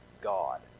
God